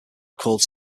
called